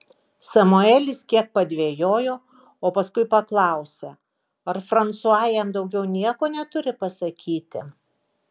samuelis kiek padvejojo o paskui paklausė ar fransua jam daugiau nieko neturi pasakyti